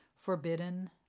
forbidden